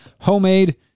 homemade